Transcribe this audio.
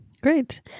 Great